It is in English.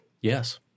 Yes